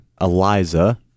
eliza